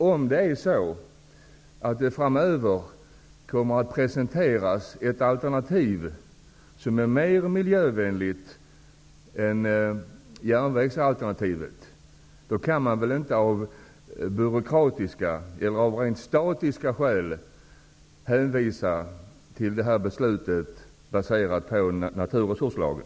Om det framöver kommer att presenteras ett alternativ som är mer miljövänligt än järnvägsalternativet, då kan man väl inte av byråkratiska eller av rent statiska skäl hänvisa till detta beslut baserat på naturresurslagen?